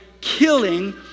killing